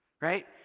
Right